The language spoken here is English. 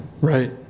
Right